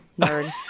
nerd